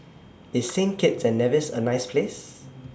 IS Saint Kitts and Nevis A nice Place